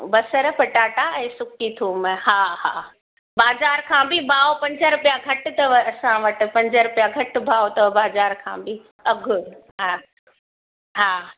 बसर पटाटा ऐं सुखी थूम हा हा बाज़ारि खां बि भाव पंज रुपिया घटि अथव असां वटि पंज रुपिया घटि भाव अथव बाज़ारि खां बि अघि हा हा